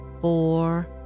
four